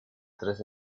tres